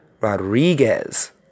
Rodriguez